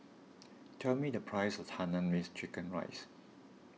tell me the price of Hainanese Chicken Rice